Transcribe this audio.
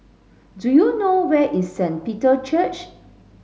do you know where is Saint Peter Church